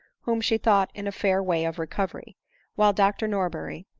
whom she thought in a fair way of recovery while dr norber ry,